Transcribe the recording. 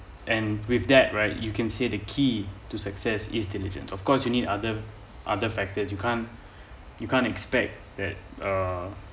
and with that right you can see the key to success is diligence of course you need other other factors you can't you can't expect that err